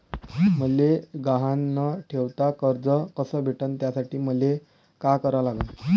मले गहान न ठेवता कर्ज कस भेटन त्यासाठी मले का करा लागन?